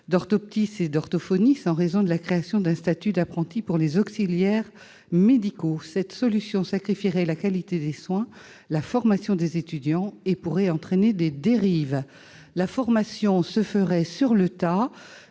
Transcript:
d'orthoptiste et d'orthophoniste, en raison de la création d'un statut d'apprenti pour les auxiliaires médicaux. Le recours à cette solution sacrifierait la qualité des soins, la formation des étudiants, et pourrait entraîner des dérives. La formation se ferait « sur le tas